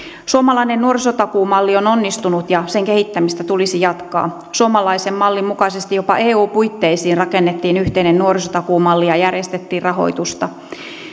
suomalainen nuorisotakuumalli on onnistunut ja sen kehittämistä tulisi jatkaa suomalaisen mallin mukaisesti jopa eu puitteisiin rakennettiin yhteinen nuorisotakuumalli ja järjestettiin rahoitusta